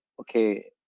okay